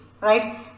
right